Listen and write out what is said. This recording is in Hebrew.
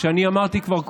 ואמרתי כבר קודם,